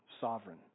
sovereign